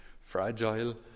fragile